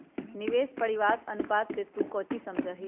निवेश परिव्यास अनुपात से तू कौची समझा हीं?